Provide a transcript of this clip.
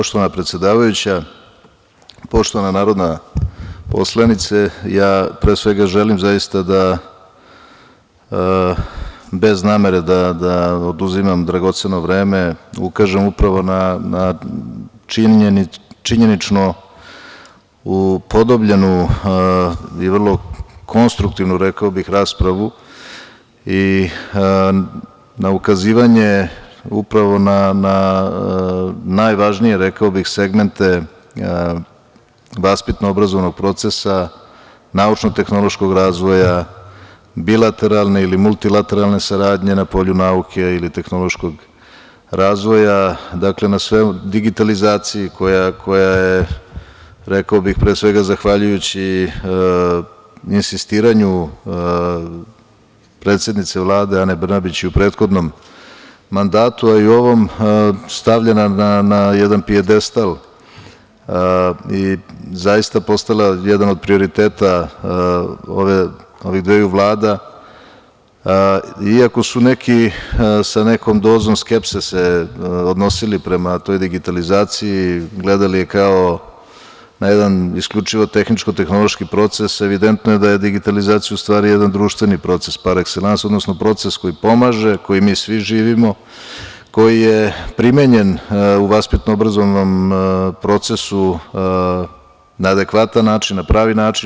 Poštovana predsedavajuća, poštovana narodna poslanice, ja pre svega želim zaista da bez namere da oduzimam dragoceno vreme ukažem upravo na činjenično upodobljenu i vrlo konstruktivnu, rekao bih, raspravu i na ukazivanje upravo na najvažnije, rekao bih, segmente vaspitno obrazovnog procesa, naučno tehnološkog razvoja, bilateralne ili multilateralne saradnje na polju nauke ili tehnološkog razvoja, digitalizaciji koja je, rekao bih, pre svega zahvaljujući insistiranju predsednice Vlade Ane Brnabić i u prethodnom mandatu, ali i ovom, stavljena na jedan pijadestal i zaista postala jedan od prioriteta ovih dveju vlada iako su neki sa nekom dozom skepse se odnosili prema toj digitalizaciji i gledali je na jedan isključivo tehničko tehnološki proces, evidentno je da je digitalizacija u stvari jedna društveni proces par ekselans, odnosno proces koji pomaže, koji mi svi živimo, koji je primenjen u vaspitno obrazovnom procesu na adekvatan način, na pravi način.